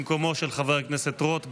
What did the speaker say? במקומו של חבר הכנסת רוט.